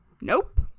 Nope